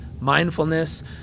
mindfulness